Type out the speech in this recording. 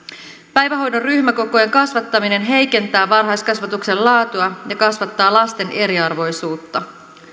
päivähoidon ryhmäkokojen kasvattaminen heikentää varhaiskasvatuksen laatua ja kasvattaa lasten eriarvoisuutta